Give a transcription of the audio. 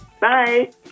Bye